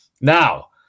Now